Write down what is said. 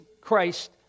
Christ